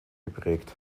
geprägt